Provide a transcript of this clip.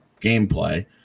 gameplay